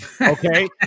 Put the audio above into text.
okay